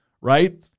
right